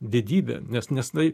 didybę nes nes na